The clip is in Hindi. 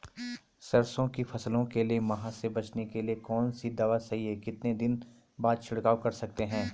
सरसों की फसल के लिए माह से बचने के लिए कौन सी दवा सही है कितने दिन बाद छिड़काव कर सकते हैं?